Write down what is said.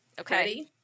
okay